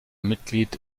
mitglied